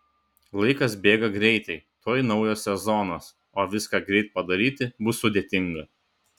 laikas bėga greitai tuoj naujas sezonas o viską greit padaryti bus sudėtinga